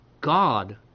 God